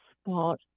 spot